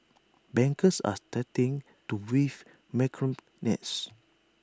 bankers are starting to weave macrame nets